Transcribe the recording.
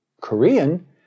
Korean